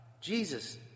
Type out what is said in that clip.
Jesus